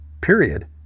period